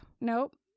Nope